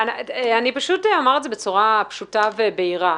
אני אומר בצורה פשוטה ובהירה.